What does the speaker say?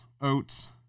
oats